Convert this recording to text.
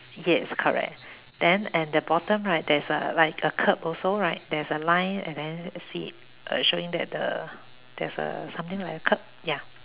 yes correct then and the bottom right there is a like a curb also right there's a line and then see it uh showing that the there's err something like a curb ya